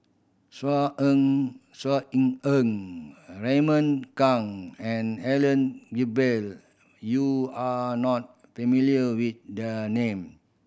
Saw En Saw Raymond Kang and Helen Gilbey you are not familiar with the name